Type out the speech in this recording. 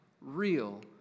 real